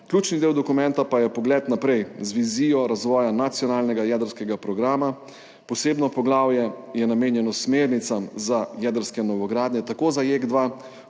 Ključni del dokumenta pa je pogled naprej z vizijo razvoja nacionalnega jedrskega programa. Posebno poglavje je namenjeno smernicam za jedrske novogradnje, tako za JEK2